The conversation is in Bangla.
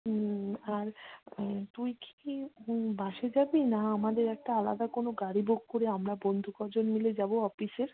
হুম আর তুই কি কি বাসে যাবি না আমাদের একটা আলাদা কোনো গাড়ি বুক করে আমরা বন্ধু কজন মিলে যাবো অপিসের